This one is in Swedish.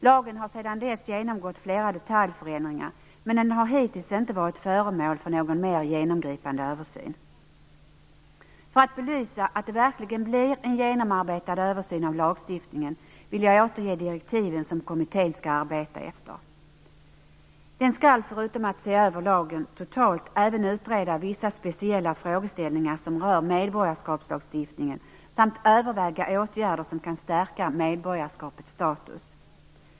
Lagen har sedan dess genomgått flera detaljförändringar, men den har hittills inte varit föremål för någon mer genomgripande översyn. För att belysa att det verkligen blev en genomarbetad översyn av lagstiftningen, vill jag återge direktiven som kommittén skall arbeta efter. Den skall, förutom att se över lagen totalt, även utreda vissa speciella frågeställningar som rör medborgarskapslagstiftningen samt överväga åtgärder som kan stärka medborgarskapets status.